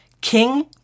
King